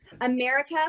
America